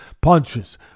punches